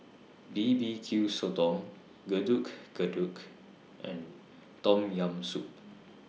B B Q Sotong Getuk Getuk and Tom Yam Soup